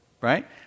right